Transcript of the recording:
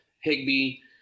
Higby